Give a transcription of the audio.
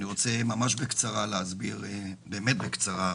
אני רוצה ממש בקצרה להסביר, באמת בקצרה,